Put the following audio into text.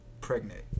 Pregnant